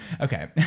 Okay